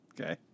Okay